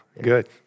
good